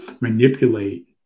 manipulate